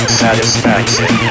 satisfaction